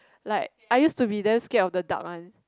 like I used to be damn scared of the dark one